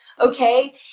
Okay